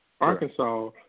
Arkansas